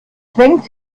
zwängt